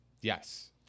Yes